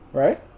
right